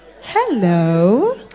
hello